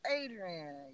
Adrian